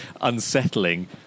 unsettling